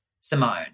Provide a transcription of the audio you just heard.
Simone